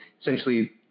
essentially